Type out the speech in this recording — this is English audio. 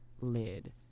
lid